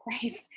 place